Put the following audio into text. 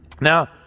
now